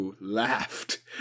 laughed